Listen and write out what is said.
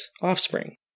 offspring